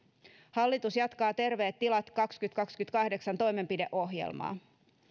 hallitus jatkaa terveet tilat kaksituhattakaksikymmentäkahdeksan toimenpideohjelmaa